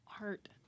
art